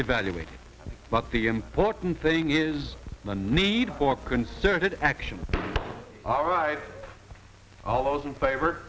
evaluate but the important thing is the need for concerted action all right all those in favor